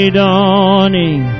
dawning